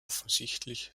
offensichtlich